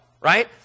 right